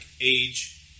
age